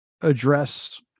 address